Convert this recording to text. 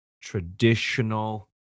traditional